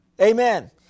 Amen